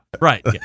right